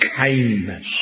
kindness